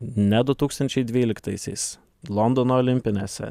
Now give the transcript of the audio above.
ne du tūkstančiai dvyliktaisiais londono olimpinėse